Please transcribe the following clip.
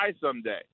someday